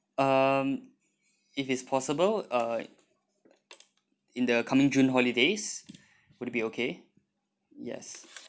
um if it's possible uh in the coming june holidays would it be okay yes